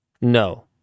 No